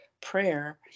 prayer